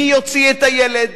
מי יוציא את הילד,